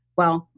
well,